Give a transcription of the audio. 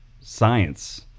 science